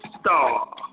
Star